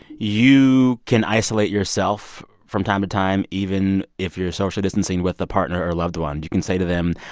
you can isolate yourself from time to time, even if you're social distancing with a partner or a loved one. you can say to them,